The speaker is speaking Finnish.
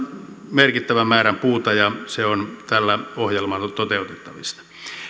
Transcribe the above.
merkittävän määrän puuta ja se on tällä ohjelmalla toteutettavissa